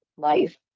life